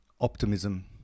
Optimism